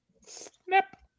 Snap